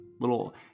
little